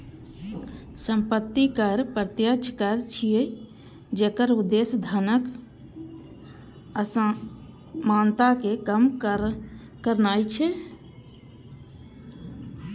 संपत्ति कर प्रत्यक्ष कर छियै, जेकर उद्देश्य धनक असमानता कें कम करनाय छै